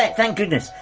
thank goodness!